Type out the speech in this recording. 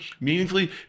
meaningfully